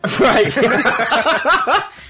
Right